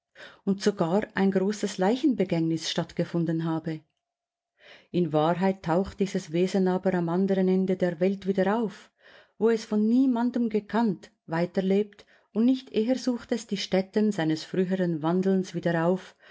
und sogar ein großes leichenbegängnis stattgefunden habe in wahrheit taucht dieses wesen aber am anderen ende der welt wieder auf wo es von niemandem gekannt weiterlebt und nicht eher sucht es die stätten seines früheren wandelns wieder auf